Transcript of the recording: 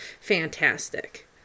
fantastic